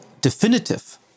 definitive